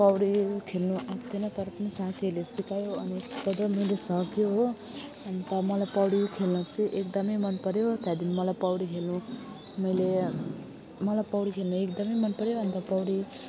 पौडी खेल्नु आउँथेन तर पनि साथीहरूले सिकायो अन्त जब मैले सकैँ हो अन्त मलाई पौडी खेल्न चाहिँ एकदमै मनपर्यो त्यहाँदेखि मलाई पौडी खेल्नु मैले मलाई पौडी खेल्नु एकदमै मनपर्यो र अन्त पौडी